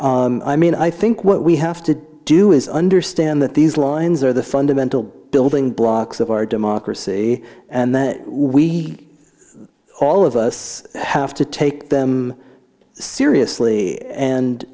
i mean i think what we have to do is understand that these lines are the fundamental building blocks of our democracy and that we all of us have to take them seriously and